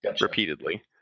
Repeatedly